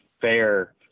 fair